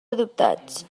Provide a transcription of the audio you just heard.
adoptats